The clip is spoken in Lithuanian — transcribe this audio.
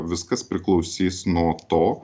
viskas priklausys nuo to